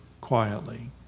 quietly